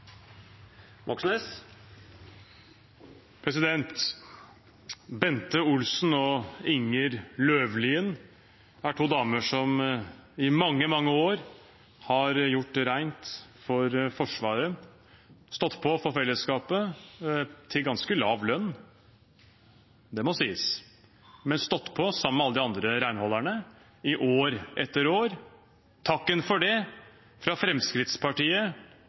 Bente Olsen og Inger Løvlien er to damer som i mange, mange år har gjort rent for Forsvaret, stått på for fellesskapet – til ganske lav lønn, det må sies – stått på sammen med alle de andre renholderne i år etter år. Takken for det, fra Fremskrittspartiet,